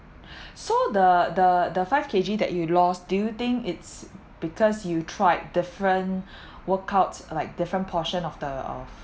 so the the the five K_G that you lost do you think it's because you tried different workouts like different portion of the uh